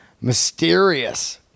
mysterious